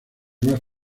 más